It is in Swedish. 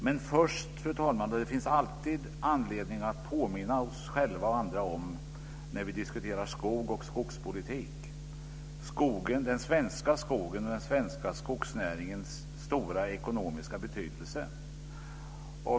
Men först, fru talman, finns det alltid när vi diskuterar skog och skogspolitik anledning att påminna oss själva och andra om den svenska skogens och den svenska skogsnäringens stora ekonomiska betydelse.